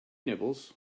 nibbles